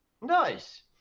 nice